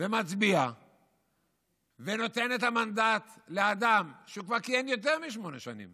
ומצביע ונותן את המנדט לאדם שכבר כיהן יותר משמונה שנים,